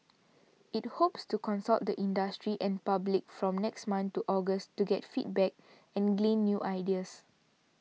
it hopes to consult the industry and public from next month to August to get feedback and glean new ideas